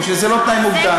או שזה לא תנאי מוקדם.